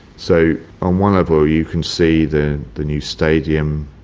so on one level you can see the the new stadium,